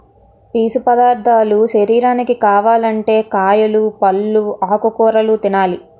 పీసు పదార్ధాలు శరీరానికి కావాలంటే కాయలు, పల్లు, ఆకుకూరలు తినాలి